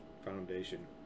foundation